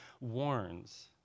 warns